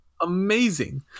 Amazing